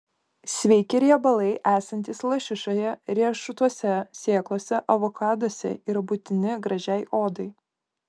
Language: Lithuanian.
sveiki riebalai esantys lašišoje riešutuose sėklose avokaduose yra būtini gražiai odai